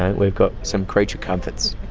ah we've got some creature comforts.